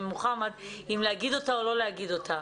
מוחמד אם להגיד אותה או לא להגיד אותה.